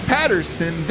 Patterson